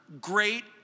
great